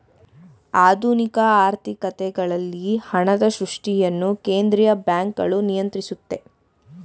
ಆಧುನಿಕ ಆರ್ಥಿಕತೆಗಳಲ್ಲಿ ಹಣದ ಸೃಷ್ಟಿಯನ್ನು ಕೇಂದ್ರೀಯ ಬ್ಯಾಂಕ್ಗಳು ನಿಯಂತ್ರಿಸುತ್ತೆ